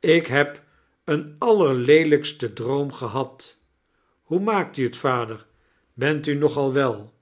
ik heb een allerleelijksten droom gehad hoe maafct u t vader bent u nog al wel